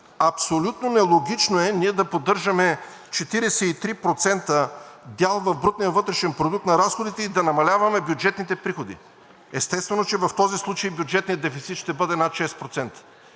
Абсолютно нелогично е ние да поддържаме 43% дял в брутния вътрешен продукт на разходите и да намаляваме бюджетните приходи. Естествено, че в този случай бюджетният дефицит ще бъде над 6%.